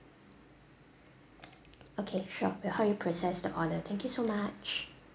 okay sure we'll help you process the order thank you so much